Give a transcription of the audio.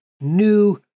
new